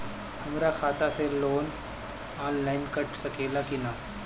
हमरा खाता से लोन ऑनलाइन कट सकले कि न?